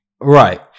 Right